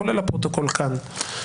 כולל לפרוטוקול כאן,